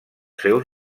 seus